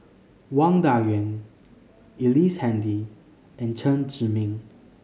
Wang Dayuan Ellice Handy and Chen Zhiming